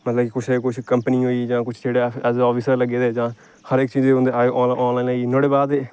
मतलब कि कुछ ना कुछ कम्पनी होई गेई जां कुछ ऐसा जेह्ड़ा ऐसा अफिसर लग्गे दे जां हर इक चीज अज्जकल आनलाइन होई गेई नुआढ़े बाद